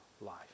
life